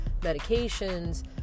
medications